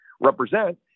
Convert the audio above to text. represent